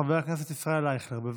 חבר הכנסת ישראל אייכלר, בבקשה.